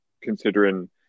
considering